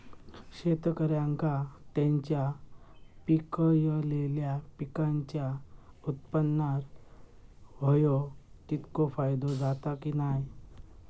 शेतकऱ्यांका त्यांचा पिकयलेल्या पीकांच्या उत्पन्नार होयो तितको फायदो जाता काय की नाय?